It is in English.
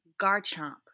Garchomp